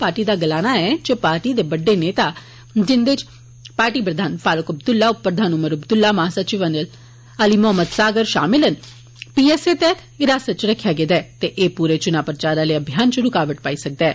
party दा गलाना ऐ जे पार्टी दे बड्डे नेता जिंदे च पार्टी प्रधान फारूक अब्दुल्ला उप प्रधान उमर अब्दुल्ला महा सिवच अली मोहम्मद सागर शामल न गी पीएसए तैह्त हिरासत च रक्खेआ गेदा ते एह् पूरे चुनां प्रचार आले अभियान च रूकावट पाई सकदी ऐ